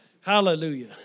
Hallelujah